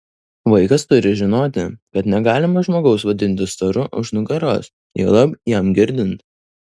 vaikas turi žinoti kad negalima žmogaus vadinti storu už nugaros juolab jam girdint